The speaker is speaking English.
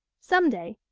some day,